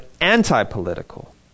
anti-political